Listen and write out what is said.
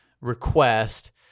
request